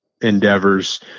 endeavors